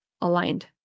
aligned